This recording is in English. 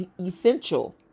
essential